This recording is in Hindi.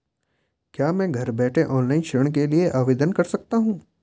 क्या मैं घर बैठे ऑनलाइन ऋण के लिए आवेदन कर सकती हूँ?